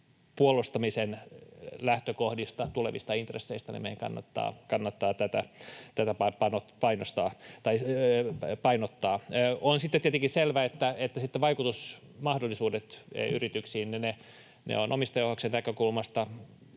puolustamisen lähtökohdista tulevista intresseistäkin meidän kannattaa tätä painottaa. On sitten tietenkin selvää, että vaikutusmahdollisuudet yrityksiin omistajaohjauksen näkökulmasta